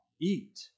eat